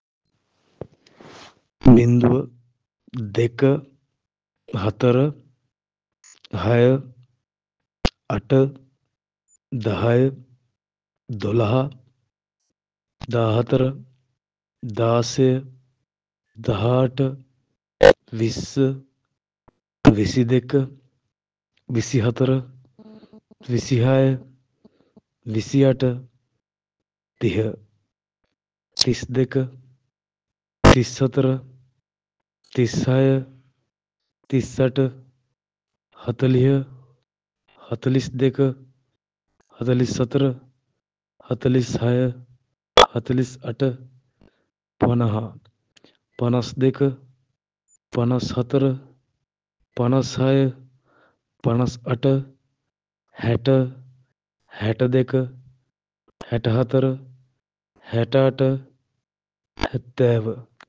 බිංදුව, දෙක, හතර, හය, අට, දහය, දොළහ, දාහතර, දාසය, දහඅට විස්ස, විසි දෙක, විසිහතර, විසිහය, විසිඅට, තිහ. තිස්දෙක තිස්හතර, තිස්හය, තිස්අට, හතළිහ, හතළිස්දෙක, හතළිස්හතර, හතළිස්හය හතළිස්අට, පනහ. පනස්දෙක, පනස්හතර, පනස්හය, පනස්අට, හැට, හැටදෙක, හැටහතර, හැටඅට, හැත්තෑව.